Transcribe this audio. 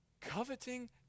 Coveting